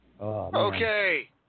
Okay